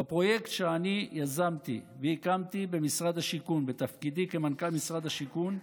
בפרויקט שאני יזמתי והקמתי במשרד השיכון בתפקידי כמנכ"ל משרד השיכון,